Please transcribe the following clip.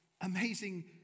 amazing